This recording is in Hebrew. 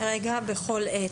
בכל עת.